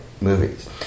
movies